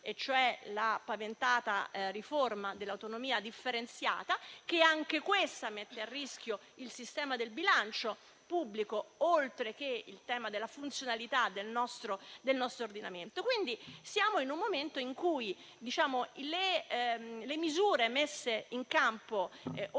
cioè la paventata riforma dell'autonomia differenziata, che pure mette a rischio il sistema del bilancio pubblico oltre al tema della funzionalità del nostro ordinamento. Siamo quindi in un momento in cui le misure messe in campo o